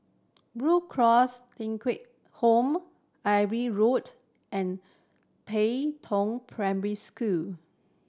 Blue Cross Thong Kheng Home Irving Road and Pei Tong Primary School